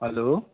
hello